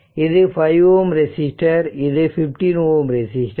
இது 5Ω ரெசிஸ்டர் இது 15Ω ரெசிஸ்டர்